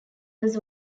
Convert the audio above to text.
was